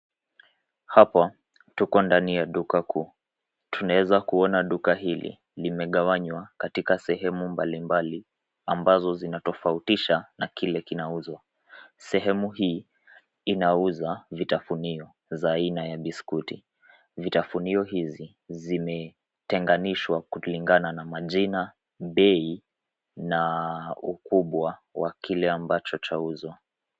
Hapa tuko ndani ya duka kuu. Tunaweza kuona duka hili limegawanywa katika sehemu mbali mbali ambazo zinatofautisha na kile kinauzwa. Sehemu hii inauza vitafunio za aina ya biskuti. Vitafunio hizi zimetenganishwa kulingana na majina, bei na ukubwa wa kile ambacho chauzwa.